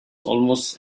almost